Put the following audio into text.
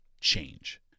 change